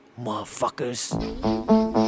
Motherfuckers